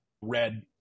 red